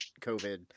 COVID